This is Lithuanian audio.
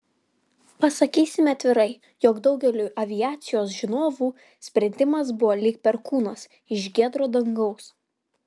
pasakysime atvirai jog daugeliui aviacijos žinovų sprendimas buvo lyg perkūnas iš giedro dangaus